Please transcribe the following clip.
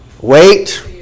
Wait